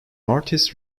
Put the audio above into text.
artists